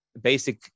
basic